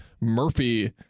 Murphy